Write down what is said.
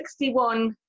61